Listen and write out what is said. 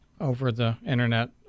over-the-internet